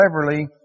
cleverly